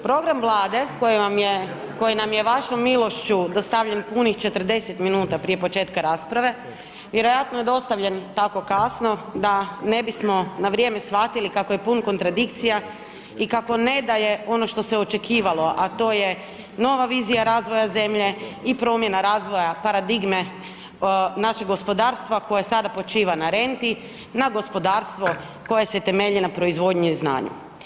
Program Vlade koji nam je vašom milošću dostavljen punih 40 minuta prije početka rasprave vjerojatno je dostavljen tako kasno da ne bismo na vrijeme shvatili kako je pun kontradikcija i kako ne daje ono što se očekivalo, a to je nova vizija razvoja zemlje i promjena razvoja paradigme našeg gospodarstva koje sada počiva na renti, na gospodarstvo koje se temelji na proizvodnji i znanju.